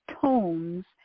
tones